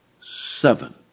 seven